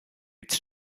its